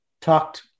talked